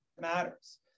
matters